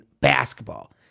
basketball